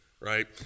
right